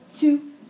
two